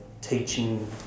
teaching